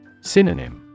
Synonym